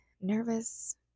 nervous